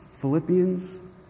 Philippians